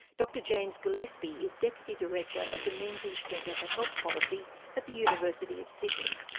dr james gillespie is deputy director of the menzies centre for health policy at the university of sydney.